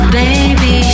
baby